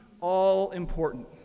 all-important